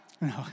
No